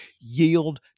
yield